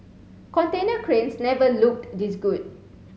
container cranes never looked this good